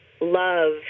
love